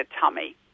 tummy